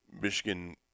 Michigan